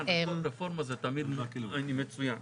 רפורמה זה תמיד מצוין.